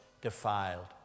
defiled